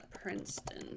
Princeton